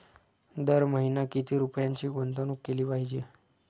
दर महिना किती रुपयांची गुंतवणूक केली पाहिजे?